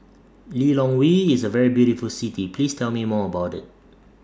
Lilongwe IS A very beautiful City Please Tell Me More about IT